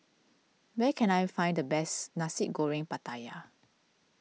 where can I find the best Nasi Goreng Pattaya